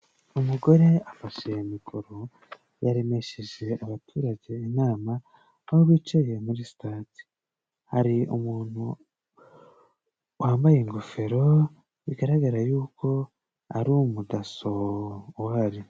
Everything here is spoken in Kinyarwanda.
Umugore afashe mikoro, yaremesheje abaturage inama aho bicaye muri sitade. Hari umuntu wambaye ingofero, bigaragara yuko ari umudaso uhari.